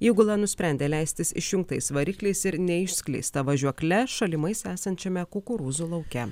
įgula nusprendė leistis išjungtais varikliais ir neišskleista važiuokle šalimais esančiame kukurūzų lauke